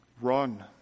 Run